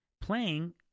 playing